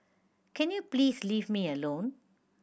can you please leave me alone